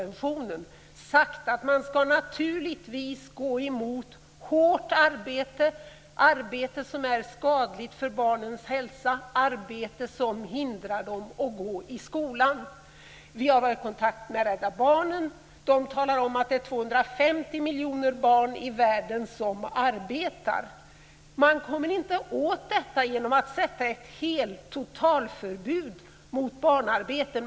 Man kommer inte åt detta genom att sätta ett totalförbud mot barnarbete.